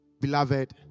Beloved